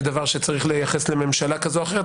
זה דבר שצריך לייחס לממשלה כזאת או אחרת,